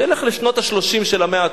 שילך לשנות ה-30 של המאה הקודמת,